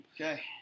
Okay